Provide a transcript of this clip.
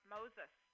Moses